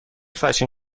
فشن